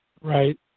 Right